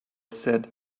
said